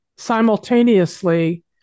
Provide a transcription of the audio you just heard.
simultaneously